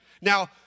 Now